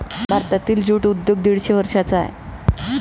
भारतातील ज्यूट उद्योग दीडशे वर्षांचा आहे